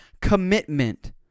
commitment